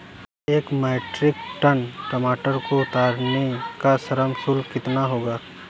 एक metric ton टमाटर को उतारने का श्रम शुल्क कितना होगा?